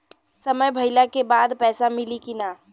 समय भइला के बाद पैसा मिली कि ना?